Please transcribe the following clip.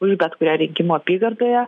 už bet kurią rinkimų apygardoje